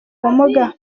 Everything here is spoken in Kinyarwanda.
ubumuga